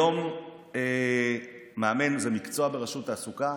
היום מאמן זה מקצוע בשירות התעסוקה.